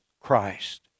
Christ